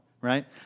right